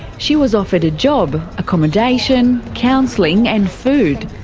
she was offered a job, accommodation, counselling and food.